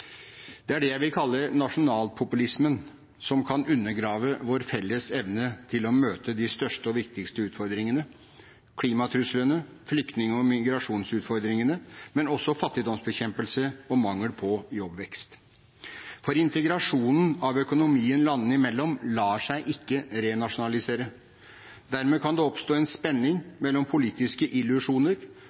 Det er det jeg vil kalle nasjonalpopulismen, som kan undergrave vår felles evne til å møte de største og viktigste utfordringene: klimatruslene, flyktning- og migrasjonsutfordringene, men også fattigdomsbekjempelse og mangel på jobbvekst. For integrasjonen av økonomien landene imellom lar seg ikke renasjonalisere. Dermed kan det oppstå en spenning mellom politiske illusjoner